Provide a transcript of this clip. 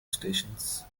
stations